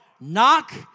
Knock